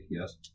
yes